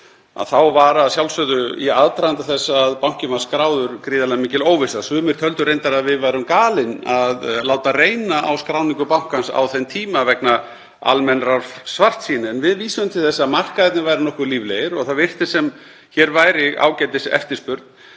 þá var að sjálfsögðu í aðdraganda þess að bankinn var skráður gríðarlega mikil óvissa. Sumir töldu reyndar að við værum galin að láta reyna á skráningu bankans á þeim tíma vegna almennrar svartsýni en við vísuðum til þess að markaðirnir væru nokkuð líflegir og það virtist sem hér væri ágætiseftirspurn.